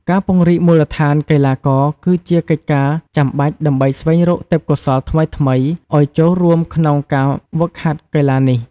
ការពង្រីកមូលដ្ឋានកីឡាករគឺជាកិច្ចការចាំបាច់ដើម្បីស្វែងរកទេពកោសល្យថ្មីៗអោយចូលរួមក្នុងការវឹកហាត់កីឡានេះ ។